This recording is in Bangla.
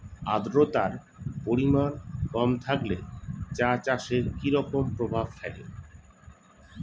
আদ্রতার পরিমাণ কম থাকলে চা চাষে কি রকম প্রভাব ফেলে?